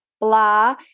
blah